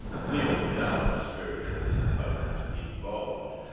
with or without a spiritual component involved.